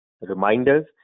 reminders